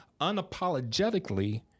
unapologetically